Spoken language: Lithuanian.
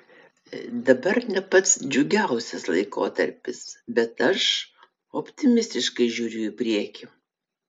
dabar ne pats džiugiausias laikotarpis bet aš optimistiškai žiūriu į priekį